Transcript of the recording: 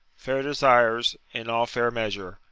fair desires, in all fair measure,